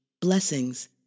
blessings